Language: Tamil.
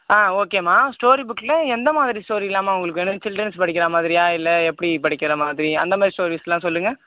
ஆ ஓகே மா ஸ்டோரி புக்கில் எந்த மாதிரி ஸ்டோரிலாம்மா உங்களுக்கு வேணும் சில்ரன்ஸ் படிக்கிற மாதிரியாக இல்லை எப்படி படிக்கிற மாதிரி அந்த மாதிரி ஸ்டோரிஸ்லா சொல்லுங்கள்